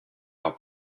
our